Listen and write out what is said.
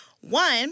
One